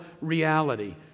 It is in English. reality